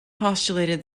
postulated